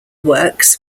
works